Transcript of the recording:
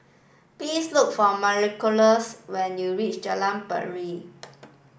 please look for Marylouise when you reach Jalan Pacheli